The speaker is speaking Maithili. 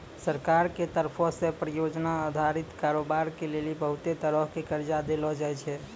सरकार के तरफो से परियोजना अधारित कारोबार के लेली बहुते तरहो के कर्जा देलो जाय छै